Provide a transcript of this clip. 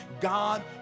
God